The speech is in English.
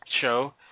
show